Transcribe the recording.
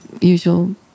usual